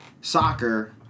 soccer